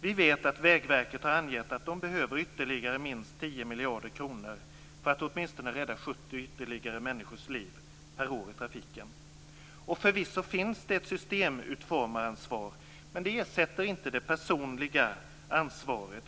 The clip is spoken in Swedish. Vi vet att Vägverket har angett att de behöver ytterligare minst 10 miljarder kronor för att åtminstone rädda 70 ytterligare människors liv per år i trafiken. Förvisso finns det ett systemutformaransvar, men det ersätter inte det personliga ansvaret.